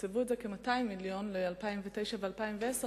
תקצבו את זה בכ-200 מיליון ל-2009 ול-2010,